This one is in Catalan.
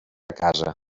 casa